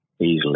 easily